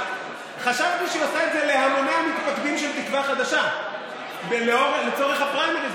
חשבתי שהיא עושה את זה להמוני המתפקדים של תקווה חדשה לצורך הפריימריז,